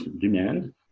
demand